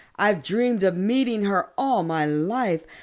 i've dreamed of meeting her all my life.